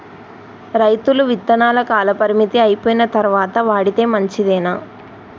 రైతులు విత్తనాల కాలపరిమితి అయిపోయిన తరువాత వాడితే మంచిదేనా?